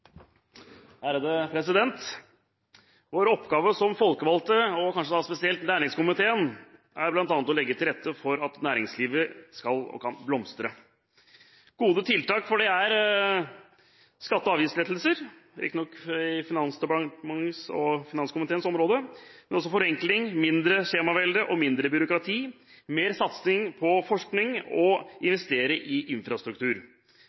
rette for at næringslivet skal og kan blomstre. Gode tiltak for det er skatte- og avgiftslettelser, det tilhører riktignok Finansdepartementets og finanskomiteens områder, forenkling, mindre skjemavelde, mindre byråkrati, mer satsing på forskning og investering i infrastruktur.